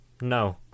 No